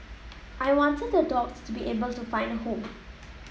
I wanted the dogs to be able to find a home